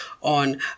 on